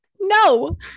No